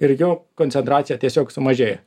ir jo koncentracija tiesiog sumažėja